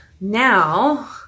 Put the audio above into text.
now